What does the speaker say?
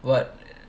buat